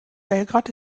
belgrad